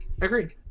agreed